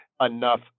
enough